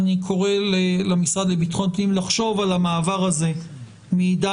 אני קורא למשרד לביטחון פנים לחשוב על המעבר הזה מעידן